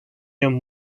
yön